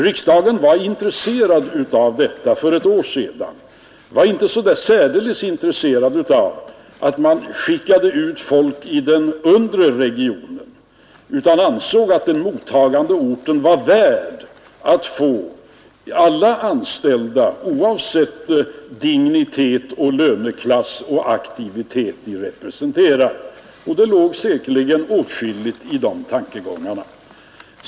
Riksdagen var intresserad av detta för ett år sedan — riksdagen var inte så där särdeles intresserad av att man skickade ut folk i den undre regionen utan ansåg att den mottagande orten var värd att få alla anställda oavsett vilken dignitet och löneklass och aktivitet de representerade, och det låg säkerligen åtskilligt i de tankegångarna.